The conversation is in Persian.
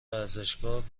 ورزشکار